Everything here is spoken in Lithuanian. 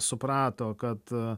suprato kad